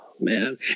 man